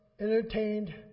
entertained